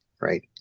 right